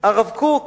הרב קוק